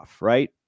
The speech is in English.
right